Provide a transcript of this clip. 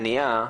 המניעה,